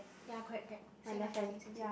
ya correct correct same ah same same same